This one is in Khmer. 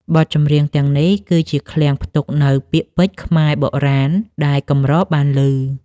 បទចម្រៀងទាំងនេះ គឺជាឃ្លាំងផ្ទុកនូវពាក្យពេចន៍ខ្មែរបុរាណដែលកម្របានឮ។